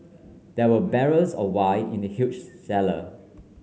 there were barrels of wine in the huge cellar